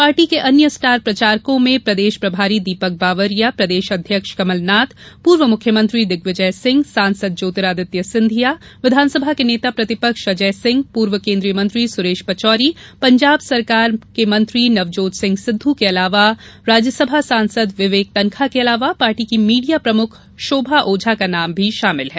party के अन्य star प्रचारकों में प्रदेश प्रभारी दीपक बावरिया प्रदेश अध्यक्ष कमलनाथ पूर्व मुख्यमंत्री दिग्विजयसिंह सांसद ज्योतिरादित्य सिंधिया विधानसभा के नेता प्रतिपक्ष अजय सिंह पूर्व केंद्रीय मंत्री सुरेश पचौरी पंजाब सरकार के मंत्री नवजोत सिंह सिद्ध के राज्यसभा सांसद विवेक तन्खा के अलावा पार्टी की मीडिया प्रमुख शोभा ओझा का नाम भी शामिल है